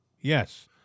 Yes